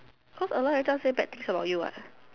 cause Aloy every time say bad things about you what